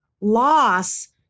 loss